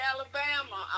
Alabama